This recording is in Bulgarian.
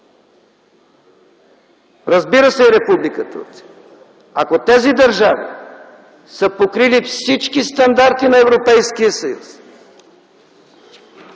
разбира се, и Република Турция, ако тези държави са покрили всички стандарти на Европейския съюз,